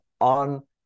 on